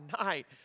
night